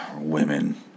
Women